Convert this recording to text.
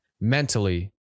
mentally